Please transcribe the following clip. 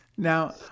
Now